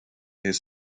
his